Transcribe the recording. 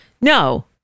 no